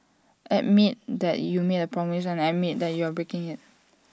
admit that you made A promise and admit that you are breaking him